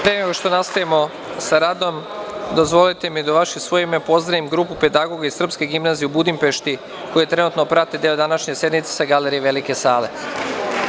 Pre nego što nastavimo sa radom, dozvolite mi da u vaše i svoje ime pozdravim grupu pedagoga iz Srpske gimnazije u Budimpešti, koji trenutno prate deo današnje sednice sa galerije Velike sale.